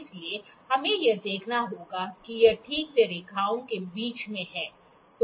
इसलिए हमें यह देखना होगा कि यह ठीक से रेखाओं के बीच में है